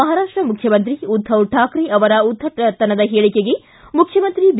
ಮಹಾರಾಷ್ಟ ಮುಖ್ಯಮಂತ್ರಿ ಉದ್ಧವ್ ಠಾಕ್ರೆ ಅವರ ಉದ್ಧಟತನದ ಹೇಳಿಕೆಗೆ ಮುಖ್ಯಮಂತ್ರಿ ಬಿ